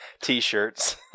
T-shirts